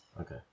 Okay